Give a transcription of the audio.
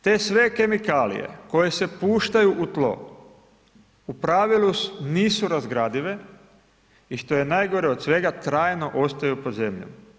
Te sve kemikalije koje se puštaju u tlo u pravilu nisu razgradive i što je najgore od svega trajno ostaju pod zemljom.